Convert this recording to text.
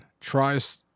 tries